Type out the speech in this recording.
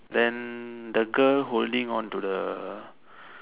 then the girl holding on to the